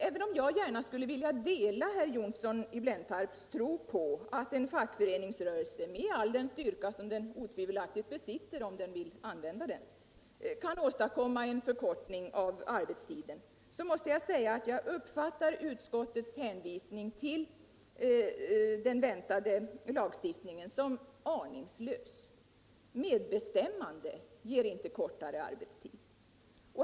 Även om jag gärna skulle vilja dela herr Johnssons i Blentarp tro på att en fackföreningsrörelse — med all den styrka som den otvivelaktigt besitter om den vill använda den — kan åstadkomma en förkortning av arbetstiden, så måste jag säga att jag uppfattar utskottets hänvisning till den väntade lagstiftningen som aningslös. Medbestämmande ger inte kortare arbetstid.